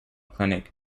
clinic